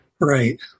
Right